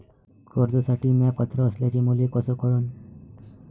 कर्जसाठी म्या पात्र असल्याचे मले कस कळन?